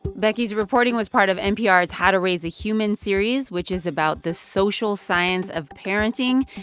becky's reporting was part of npr's how to raise a human series, which is about the social science of parenting.